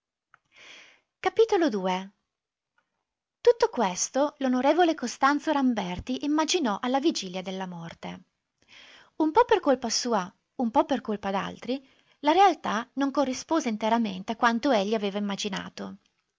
la fine tutto questo l'on costanzo ramberti immaginò alla vigilia della morte un po per colpa sua un po per colpa d'altri la realtà non corrispose interamente a quanto egli aveva immaginato